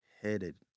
headed